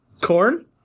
Corn